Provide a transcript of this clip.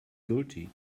guilty